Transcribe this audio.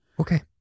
okay